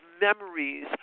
memories